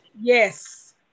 yes